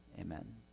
Amen